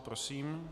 Prosím.